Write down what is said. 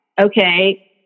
Okay